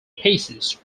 pieces